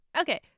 Okay